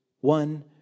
one